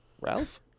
Ralph